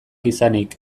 izanik